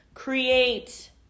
Create